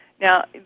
Now